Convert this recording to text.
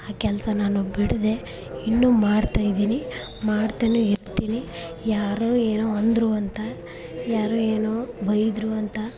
ಆ ಕೆಲಸ ನಾನು ಬಿಡದೆ ಇನ್ನೂ ಮಾಡ್ತಾ ಇದ್ದೀನಿ ಮಾಡ್ತಲೇ ಇರ್ತೀನಿ ಯಾರೋ ಏನೋ ಅಂದರು ಅಂತ ಯಾರೋ ಏನೋ ಬೈದರು ಅಂತ